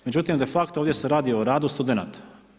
Međutim, de facto ovdje se radi o radu studenata.